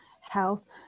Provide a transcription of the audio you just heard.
health